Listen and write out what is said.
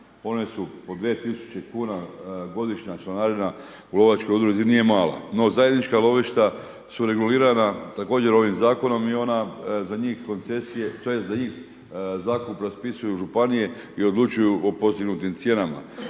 One su po 2.000,00 kn godišnja članarina u lovačkoj udruzi nije mala. No, zajednička lovišta su regulirana također ovim zakonom i ona za njih koncesije tj. za njih…/Govornik se ne razumije/… propisuju županije i odlučuju o postignutim cijenama.